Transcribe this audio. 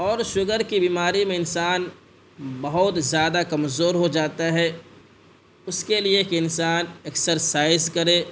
اور شوگر کی بیماری میں انسان بہت زیادہ کمزور ہو جاتا ہے اس کے لیے ایک انسان ایکسرسائز کرے